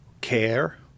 Care